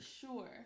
Sure